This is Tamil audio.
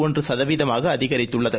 ஒன்றுசதவீதமாகஅதிகரித்துள்ளது